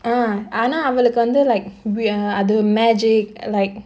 ah ஆனா அவளுக்கு:aanaa avalukku vandhu like we are அது:adhu magic like